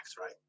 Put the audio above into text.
right